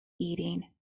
eating